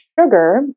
sugar